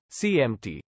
CMT